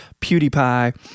PewDiePie